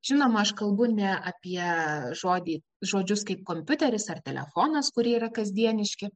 žinoma aš kalbu ne apie žodį žodžius kaip kompiuteris ar telefonas kurie yra kasdieniški